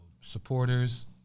supporters